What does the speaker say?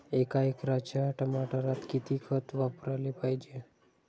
एका एकराच्या टमाटरात किती खत वापराले पायजे?